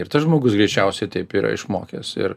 ir tas žmogus greičiausiai taip yra išmokęs ir